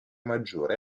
maggiore